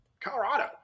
Colorado